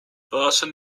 person